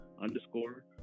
underscore